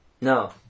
No